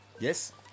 yes